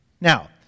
Now